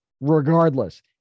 regardless